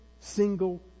single